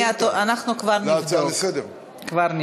אנחנו כבר נבדוק.